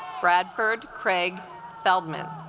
bradford craig feldman